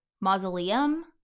mausoleum